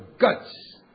guts